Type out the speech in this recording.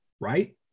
right